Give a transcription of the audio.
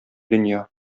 дөнья